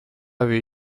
avait